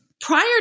prior